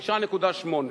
6.8,